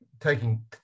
taking